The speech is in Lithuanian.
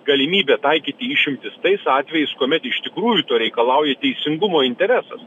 galimybę taikyti išimtis tais atvejais kuomet iš tikrųjų to reikalauja teisingumo interesas